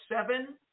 seven